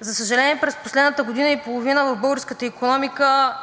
За съжаление, през последната година и половина в българската икономика